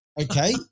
okay